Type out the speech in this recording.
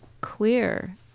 clear